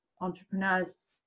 entrepreneurs